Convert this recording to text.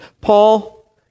Paul